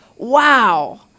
wow